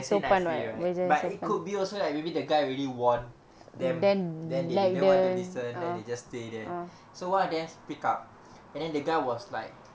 can say nicely right but it could be also like maybe that guy already warn them and then they didn't want to listen then they just stay there so one of them speak up and then the guy was like